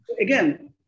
again